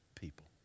people